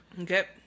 Okay